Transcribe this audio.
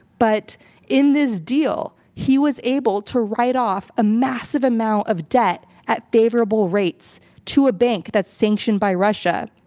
but in this deal he was able to write off a massive amount of debt at favorable rates to a bank that's sanctioned by russia.